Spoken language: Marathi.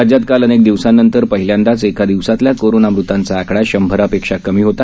राज्यात काल अनेक दिवसांनंतर पहिल्यांदाच एका दिवसातल्या कोरोना मृतांचा आकडा शंभरापेक्षा कमी होता